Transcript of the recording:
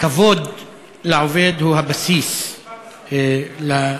כבוד לעובד הוא הבסיס ליחסים,